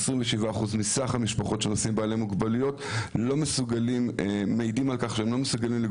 27% מסך בעלי המשפחות שהם עם מוגבלויות,